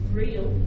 real